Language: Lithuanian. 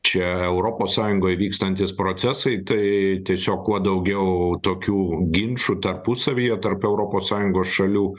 čia europos sąjungoj vykstantys procesai tai tiesiog kuo daugiau tokių ginčų tarpusavyje tarp europos sąjungos šalių